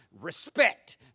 respect